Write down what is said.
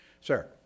Sir